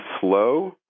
slow